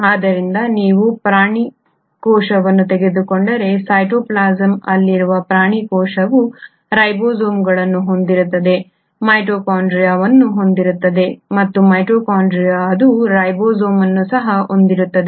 ಆದ್ದರಿಂದ ನೀವು ಪ್ರಾಣಿ ಕೋಶವನ್ನು ತೆಗೆದುಕೊಂಡರೆ ಸೈಟೋಪ್ಲಾಸಂ ಅಲ್ಲಿರುವ ಪ್ರಾಣಿ ಕೋಶವು ರೈಬೋಸೋಮ್ಗಳನ್ನು ಹೊಂದಿರುತ್ತದೆ ಮೈಟೊಕಾಂಡ್ರಿಯಾವನ್ನುಹೊಂದಿರುತ್ತದೆ ಮತ್ತು ಮೈಟೊಕಾಂಡ್ರಿಯಾದೊಳಗೆ ಅದು ರೈಬೋಸೋಮ್ ಅನ್ನು ಸಹ ಹೊಂದಿರುತ್ತದೆ